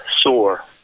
sore